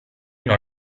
non